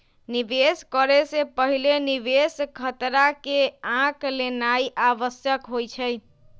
निवेश करे से पहिले निवेश खतरा के आँक लेनाइ आवश्यक होइ छइ